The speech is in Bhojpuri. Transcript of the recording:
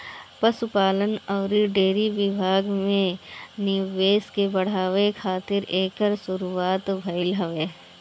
पशुपालन अउरी डेयरी विभाग में निवेश के बढ़ावे खातिर एकर शुरुआत भइल हवे